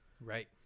right